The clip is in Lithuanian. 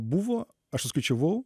buvo aš suskaičiavau